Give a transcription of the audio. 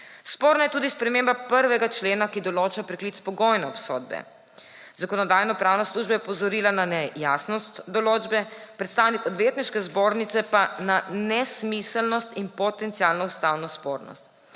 Sporna je tudi sprememba 1. člena, ki določa preklic pogojne obsodbe. Zakonodajno-pravna služba je opozorila na nejasnost določbe, predstavnik Odvetniške zbornice pa na nesmiselnost in potencialno ustavno spornost.